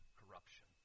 corruption